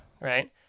Right